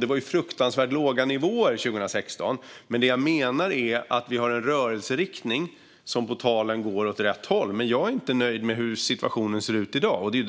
Det var fruktansvärt låga nivåer 2016, men det jag menar är att vi vad gäller talen har en rörelse som går åt rätt håll. Men jag är inte nöjd med hur situationen ser ut i dag.